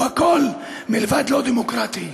הוא הכול מלבד דמוקרטי.